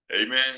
Amen